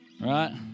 Right